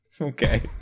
Okay